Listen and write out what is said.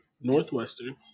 Northwestern